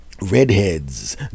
Redheads